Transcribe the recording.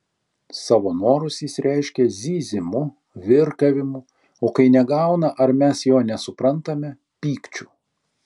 savo norus jis reiškia zyzimu virkavimu o kai negauna ar mes jo nesuprantame pykčiu